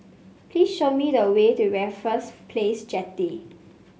please show me the way to Raffles Place Jetty